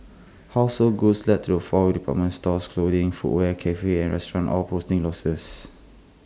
household goods led the falls with department stores clothing footwear cafes and restaurants all posting losses